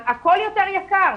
הכול יותר יקר.